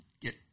get